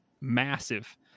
massive